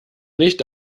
nicht